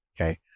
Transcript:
Okay